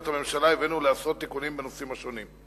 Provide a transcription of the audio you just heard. הממשלה הבאנו לעשרות תיקונים בנושאים השונים.